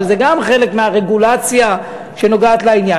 שזה גם חלק מהרגולציה שנוגעת לעניין.